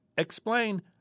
Explain